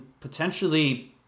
potentially